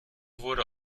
wurde